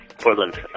Portland